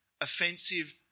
offensive